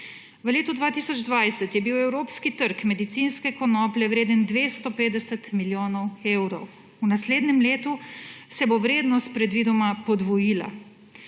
V letu 2020 je bil evropski trg medicinske konoplje vreden 250 milijonov evrov. V naslednjem letu se bo vrednost predvidoma podvojila.